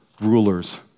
rulers